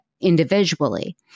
individually